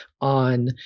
on